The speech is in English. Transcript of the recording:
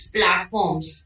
Platforms